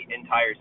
entire